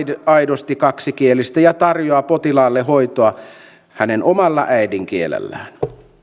aidosti kaksikielistä ja tarjoaa potilaalle hoitoa hänen omalla äidinkielellään